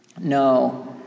No